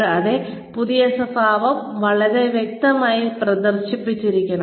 കൂടാതെ പുതിയ സ്വഭാവം വളരെ വ്യക്തമായി പ്രദർശിപ്പിച്ചിരിക്കണം